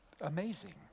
amazing